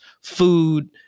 food